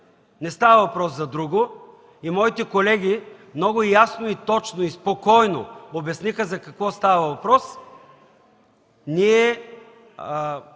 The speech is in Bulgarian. не става въпрос за друго, и моите колеги много ясно, точно и спокойно обясниха за какво става въпрос,